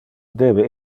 debe